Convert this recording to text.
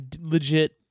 legit